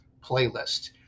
playlist